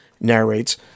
narrates